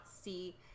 see